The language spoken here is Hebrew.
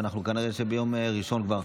וכנראה ביום ראשון כבר,